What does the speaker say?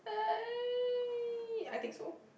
I think so